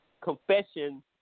confession